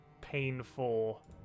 painful